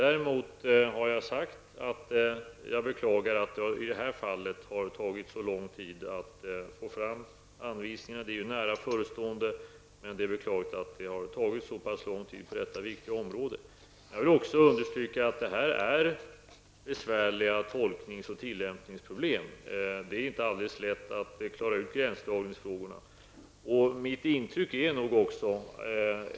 Däremot har jag sagt att jag beklagar att det i detta fall tagit så lång tid att få fram anvisningar. Detta är nu nära förestående, men det är beklagligt att utarbetande av anvisningar för detta viktiga område har tagit så pass lång tid. Jag vill också understryka att detta är besvärliga tolknings och tillämpningsproblem. Det är inte alldeles lätt att klara ut gränsdragningsfrågorna.